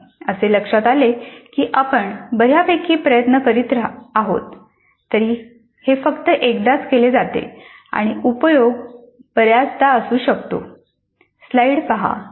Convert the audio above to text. असे लक्षात आले की आपण बऱ्यापैकी प्रयत्न करीत आहोत तरी हे फक्त एकदाच केले जाते आणि उपयोग बऱ्याचदा असू शकतात